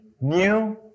new